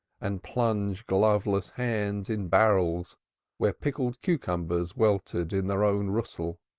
and plunge gloveless hands in barrels where pickled cucumbers weltered in their own russell,